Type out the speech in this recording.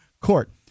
Court